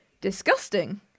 disgusting